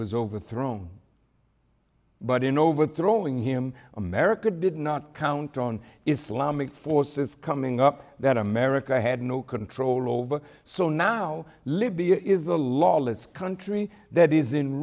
was overthrown but in overthrowing him america did not count on islamic forces coming up that america had no control over so now libya is a lawless country that is in